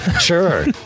Sure